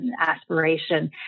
aspiration